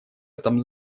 этом